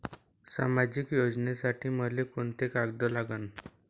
सामाजिक योजनेसाठी मले कोंते कागद लागन?